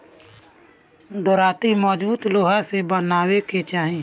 दराँती मजबूत लोहा से बनवावे के चाही